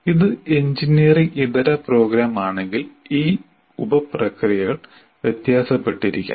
ഇത് എഞ്ചിനീയറിംഗ് ഇതര പ്രോഗ്രാം ആണെങ്കിൽ ഈ ഉപപ്രക്രിയകൾ വ്യത്യാസപ്പെട്ടിരിക്കാം